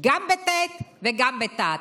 גם בטי"ת וגם בתי"ו.